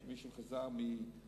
מישהו שחזר ממקסיקו.